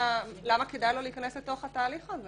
למה כדאי לו להיכנס לתוך התהליך הזה